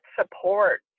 support